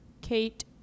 Kate